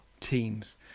teams